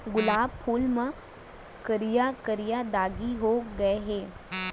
गुलाब फूल म करिया करिया दागी हो गय हे